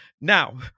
Now